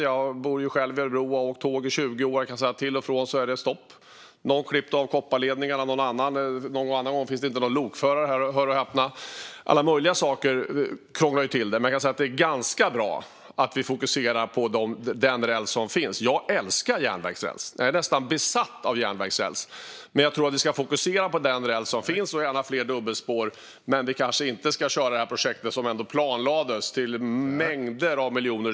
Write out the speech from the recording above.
Jag bor själv i Örebro och har åkt tåg i 20 år. Till och från är det stopp. Någon har klippt av kopparledningarna. Någon annan gång finns det inte någon lokförare - hör och häpna! Alla möjliga saker krånglar till det. Det är ganska bra att vi fokuserar på den räls som finns. Jag älskar järnvägsräls och är nästan besatt av järnvägsräls. Men jag tror att vi ska fokusera på den räls som finns. Det får gärna bli fler dubbelspår. Men vi ska kanske inte köra det projekt som ändå planlades och som skulle kosta mängder av miljoner.